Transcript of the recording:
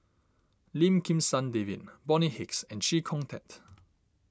Lim Kim San David Bonny Hicks and Chee Kong Tet